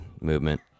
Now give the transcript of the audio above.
movement